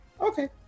Okay